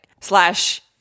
Slash